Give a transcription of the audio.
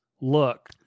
look